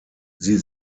sie